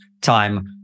time